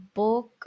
book